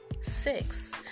Six